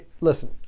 Listen